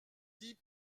dis